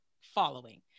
following